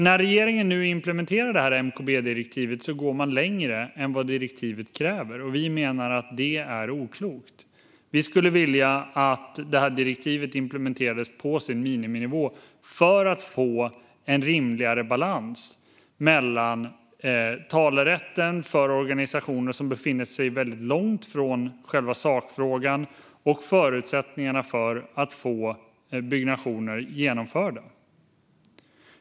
När regeringen nu implementerar MKB-direktivet går man längre än vad direktivet kräver. Vi menar att det är oklokt. Vi skulle vilja att direktivet implementeras på miniminivån för att få en rimligare balans mellan talerätten för organisationer som befinner sig väldigt långt från själva sakfrågan och förutsättningarna för att få byggnationer genomförda.